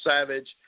Savage